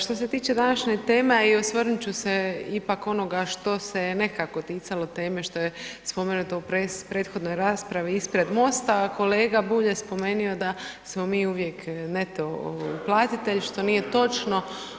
Što se tiče današnje teme, a osvrnut će se ipak onoga što se je nekako ticalo teme što je spomenuto u prethodnoj raspravi ispred MOST-a, a kolega Bulj je spomenio da smo mi uvijek neto uplatitelj što nije točno.